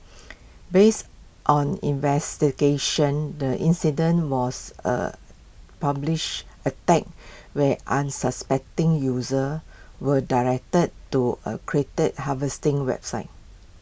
based on investigations the incident was A publish attack where unsuspecting users were directed to A harvesting website